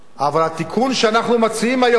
אבל התיקון שאנחנו מציעים היום,